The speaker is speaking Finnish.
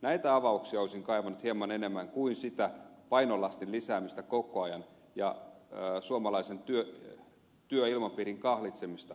näitä avauksia olisin kaivannut hieman enemmän kuin sitä painolastin lisäämistä koko ajan ja suomalaisen työilmapiirin kahlitsemista